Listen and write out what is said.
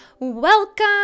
Welcome